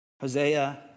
Hosea